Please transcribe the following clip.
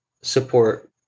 support